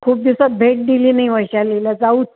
खूप दिवसात भेट दिली नाही वैशालीला जाऊच